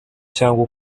cyangwa